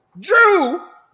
Drew